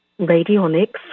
radionics